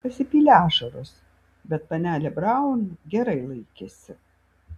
pasipylė ašaros bet panelė braun gerai laikėsi